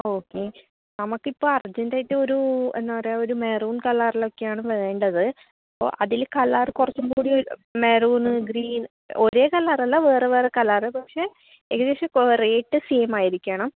okay നമുക്ക് ഇപ്പോൾ അർജൻ്റായിട്ട് ഒരു എന്താണ് പറയുക ഒരു മെറൂൺ കളറിലൊക്കെയാണ് വേണ്ടത് അപ്പോൾ അതിൽ കളർ കുറച്ചും കൂടി മെറൂൺ ഗ്രീൻ ഒരേ കളറല്ല വേറെ വേറെ കളർ പക്ഷെ ഏകദേശം റേറ്റ് സെയിം ആയിരിക്കണം